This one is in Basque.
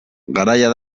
garaia